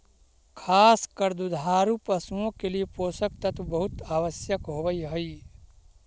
खास कर दुधारू पशुओं के लिए पोषक तत्व बहुत आवश्यक होवअ हई